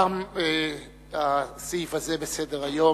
תם הסעיף הזה בסדר-היום.